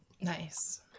Nice